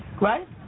right